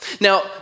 Now